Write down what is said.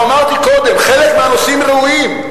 אני גם אמרתי קודם: חלק מהנושאים ראויים.